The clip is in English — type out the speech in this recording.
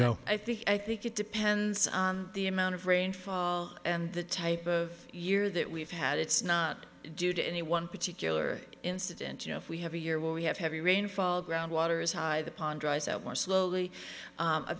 know i think i think it depends on the amount of rainfall and the type of year that we've had it's not due to any one particular incident you know if we have a year where we have heavy rainfall groundwater is high the pond dries out more slowly